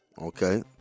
Okay